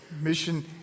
mission